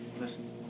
Listen